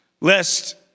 lest